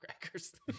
crackers